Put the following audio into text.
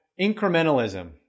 incrementalism